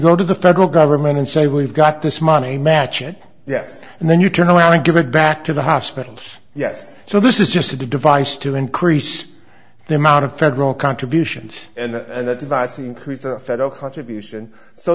go to the federal government and say we've got this money match it yes and then you turn around and give it back to the hospitals yes so this is just a device to increase the amount of federal contributions and that device increased federal contribution so